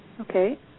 Okay